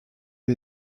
lui